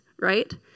right